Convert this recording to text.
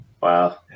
Wow